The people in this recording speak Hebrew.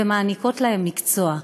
ומעניקה להן מקצוע.